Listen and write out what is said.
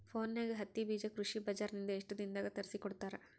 ಫೋನ್ಯಾಗ ಹತ್ತಿ ಬೀಜಾ ಕೃಷಿ ಬಜಾರ ನಿಂದ ಎಷ್ಟ ದಿನದಾಗ ತರಸಿಕೋಡತಾರ?